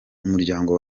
umuryango